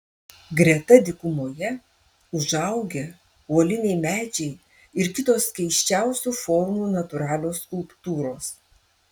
greta dykumoje užaugę uoliniai medžiai ir kitos keisčiausių formų natūralios skulptūros